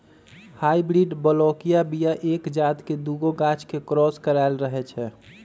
hybrid बलौकीय बीया एके जात के दुगो गाछ के क्रॉस कराएल रहै छै